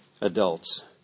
adults